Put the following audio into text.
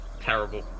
terrible